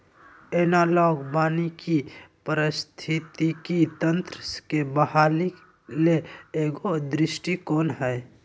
analogue वानिकी पारिस्थितिकी तंत्र के बहाली ले एगो दृष्टिकोण हइ